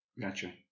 Gotcha